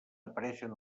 apareixen